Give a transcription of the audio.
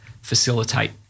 facilitate